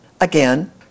Again